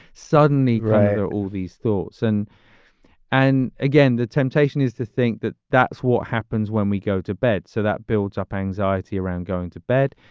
suddenly gray or all these thoughts. and and again, the temptation is to think that that's what happens when we go to bed so that builds up anxiety around going to bed,